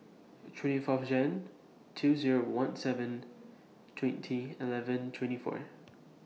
twenty Fourth Jan two Zero one seven twenty eleven twenty four